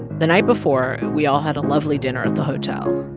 the night before, we all had a lovely dinner at the hotel.